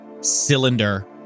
cylinder